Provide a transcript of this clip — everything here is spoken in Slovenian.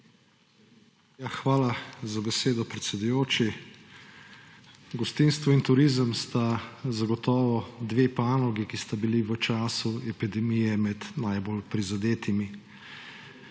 Hvala za besedo, predsedujoči. Gostinstvo in turizem sta zagotovo dve panogi, ki sta bili v času epidemije med najbolj prizadetimi.